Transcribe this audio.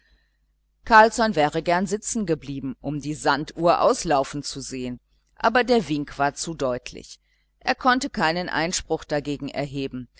carlsson wäre gern sitzen geblieben um die sanduhr auslaufen zu sehen aber der wink war zu deutlich er konnte keinen einspruch dagegen erheben